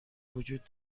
وجود